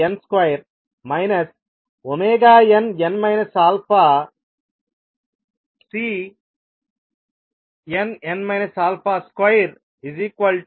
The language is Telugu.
గా కూడా వ్రాయగలను